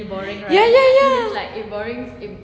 ya ya ya